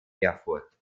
erfurt